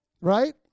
Right